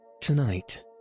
Tonight